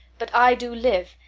but i do live,